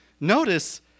Notice